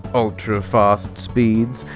ultra fast speeds,